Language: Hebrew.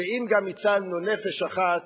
ואם גם הצלנו נפש אחת,